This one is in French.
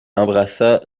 embrassa